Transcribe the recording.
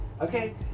okay